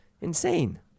insane